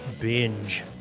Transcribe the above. Binge